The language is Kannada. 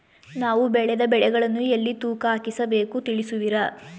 ನಾವು ಬೆಳೆದ ಬೆಳೆಗಳನ್ನು ಎಲ್ಲಿ ತೂಕ ಹಾಕಿಸ ಬೇಕು ತಿಳಿಸುವಿರಾ?